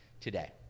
Today